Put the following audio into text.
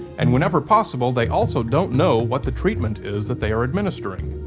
and whenever possible, they also don't know what the treatment is that they are administering.